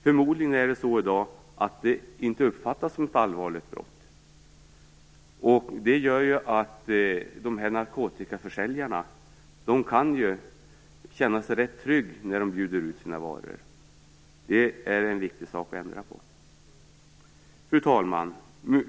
Förmodligen är det så i dag att det inte uppfattas som ett allvarligt brott. Det gör att narkotikaförsäljarna kan känna sig rätt trygga när de bjuder ut sina varor. Det är en viktig sak att ändra på. Fru talman!